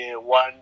one